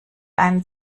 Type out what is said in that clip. einen